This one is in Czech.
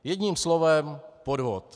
Jedním slovem podvod.